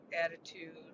attitude